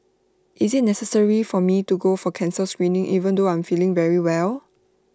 is IT necessary for me to go for cancer screening even though I am feeling very well